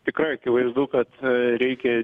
tikrai akivaizdu kad reikia